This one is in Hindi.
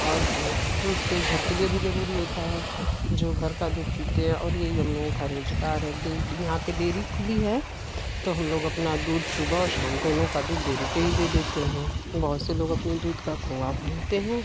और दूध से घर के लिए भी ज़रूरी होता है जो घर का दूध पीते है और यही हम लोगों का रोज़गार है यहाँ पर डेरी खुली है तो हम लोग अपना दूध सुबह और शाम दोनों का दूध डेरी पर ही देते हैं बहुत से लोग अपने दूध का खोया भूनते हैं